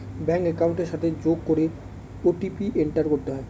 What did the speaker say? bank একাউন্টের সাথে যোগ করে ও.টি.পি এন্টার করতে হয়